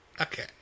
okay